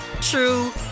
true